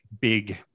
big